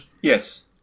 Yes